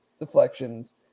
deflections